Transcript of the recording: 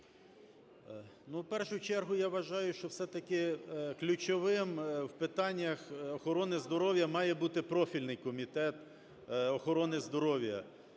В першу чергу, я вважаю, що все-таки ключовим в питаннях охорони здоров'я має бути профільний Комітет охорони здоров'я,